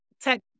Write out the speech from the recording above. tech